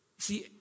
See